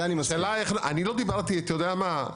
אני לא דיברתי אתה יודע מה,